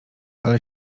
ale